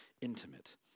intimate